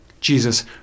Jesus